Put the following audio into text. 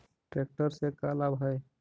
Tractor से का लाभ है?